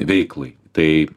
veiklai tai